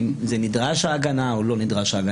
האם נדרשת הגנה או לא נדרשת.